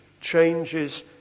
changes